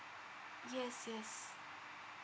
yes yes